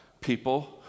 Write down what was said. people